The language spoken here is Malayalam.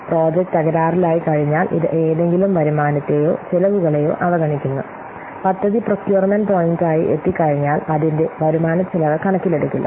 പ്രോജക്റ്റ് തകരാറിലായികഴിഞ്ഞാൽ ഇത് ഏതെങ്കിലും വരുമാനത്തെയോ ചെലവുകളെയോ അവഗണിക്കുന്നു പദ്ധതി പ്രൊകുയർമെൻറ് പോയിന്റായി എത്തിക്കഴിഞ്ഞാൽ അതിന്റെ വരുമാനച്ചെലവ് കണക്കിലെടുക്കില്ല